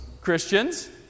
Christians